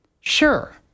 Sure